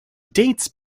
dates